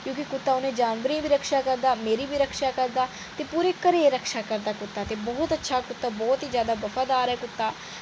क्यूंकि कुत्ता मेरी बी रक्षा करदा ऐ ते उं'दी बी रक्षा करदा ऐ ते पूरे घरै दी रक्षा करदा ते बहुत ही अच्छा ऐ कुत्ता ते बहुत ही जैदा बफादार ऐ कुत्ता